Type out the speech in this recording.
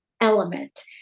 element